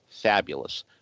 fabulous